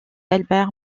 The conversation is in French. albert